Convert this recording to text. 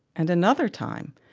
and another time,